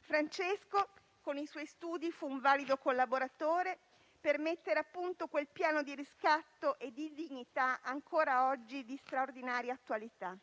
Francesco, con i suoi studi, fu un valido collaboratore per mettere a punto quel piano di riscatto e di dignità ancora oggi di straordinaria attualità.